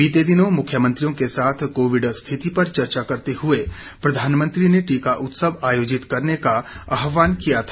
बीते दिनों मुख्यमंत्रियों के साथ कोविड स्थिति पर चर्चा करते हुए प्रधानमंत्री ने टीका उत्सव आयोजित करने का आह्वान किया था